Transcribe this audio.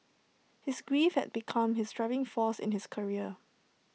his grief had become his driving force in his career